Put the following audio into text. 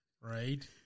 right